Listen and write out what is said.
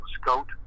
scout